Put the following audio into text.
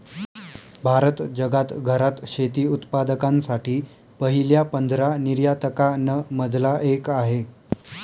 भारत जगात घरात शेती उत्पादकांसाठी पहिल्या पंधरा निर्यातकां न मधला एक आहे